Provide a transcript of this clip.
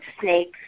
snakes